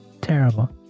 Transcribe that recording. terrible